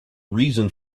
reason